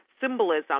symbolism